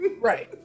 Right